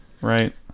right